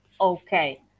okay